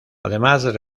además